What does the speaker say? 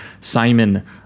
Simon